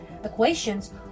Equations